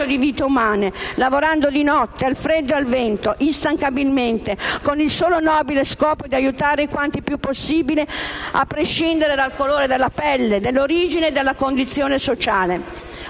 di vite umane, lavorando di notte, al freddo e al vento, instancabilmente, con il solo nobile scopo di aiutare quante più persone possibile, a prescindere dal colore della pelle, dell'origine e della condizione sociale.